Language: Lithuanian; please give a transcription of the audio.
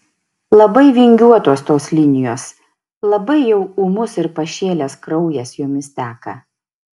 labai vingiuotos tos linijos labai jau ūmus ir pašėlęs kraujas jomis teka